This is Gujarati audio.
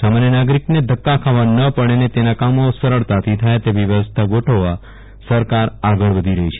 સામાન્ય નાગરીકને ધકકા ખાવા ન પડે અને તેના કામો સરળતાથી થાય તેવી વ્યવસ્થા ગોઠવવા સરકાર આગળ વધી રહી છે